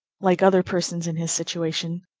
like other persons in his situation,